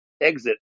exit